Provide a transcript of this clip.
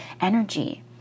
energy